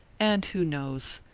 and who knows?